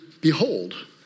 behold